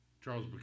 Charles